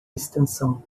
extensão